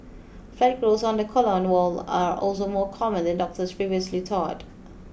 flat growths on the colon wall are also more common than doctors previously thought